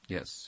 Yes